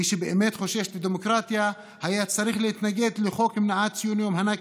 מי שבאמת חושש לדמוקרטיה היה צריך להתנגד לחוק מניעת ציון יום הנכבה,